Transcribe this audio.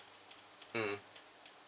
mm